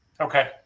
Okay